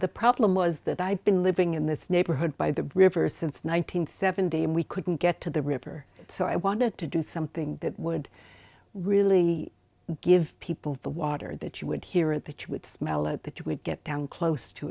the problem was that i'd been living in this neighborhood by the river since one thousand nine hundred seventy and we couldn't get to the river so i wanted to do something that would really give people the water that you would hear it that you would smell out that you would get down close to